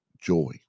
joy